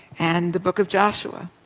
and the book of joshua.